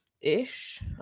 ish